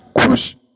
ਖੁਸ਼